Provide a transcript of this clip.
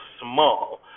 small